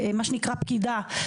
מה שנקרא פקידה,